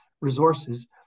resources